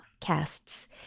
casts